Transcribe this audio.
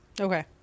okay